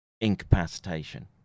incapacitation